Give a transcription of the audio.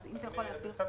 האם אתה יכול להסביר?